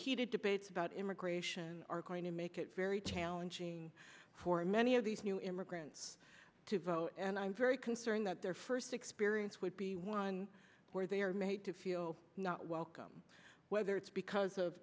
heated debates about immigration are going to make it very challenging for many of these new immigrants to vote and i'm very concerned that their first experience would be one where they are made to feel not welcome whether it's because of